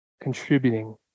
Contributing